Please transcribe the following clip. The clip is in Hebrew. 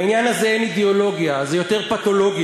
בעניין הזה אין אידיאולוגיה, זה יותר פתולוגיה.